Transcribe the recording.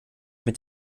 mit